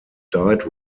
died